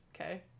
okay